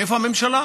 איפה הממשלה?